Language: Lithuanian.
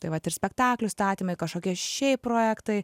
tai vat ir spektaklių statymai kažkokie šiaip projektai